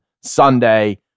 Sunday